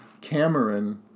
Cameron